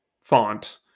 font